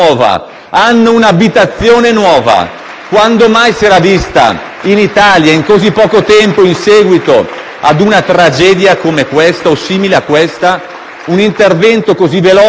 Quando mai si è visto, in Italia, in così poco tempo, a seguito di una tragedia come quella o ad essa simile, un intervento così veloce, immediato ed efficace da parte dello Stato?